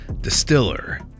distiller